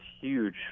huge